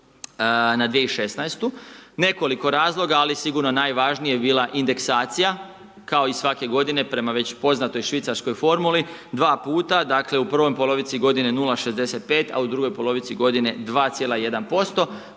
na 2016., nekoliko razloga, ali sigurno najvažniji je bila indeksacija, kao i svake godine prema već poznatoj švicarskoj formuli 2 puta, dakle u prvoj polovici godine 0,65 a u drugoj polovici godine 2,1%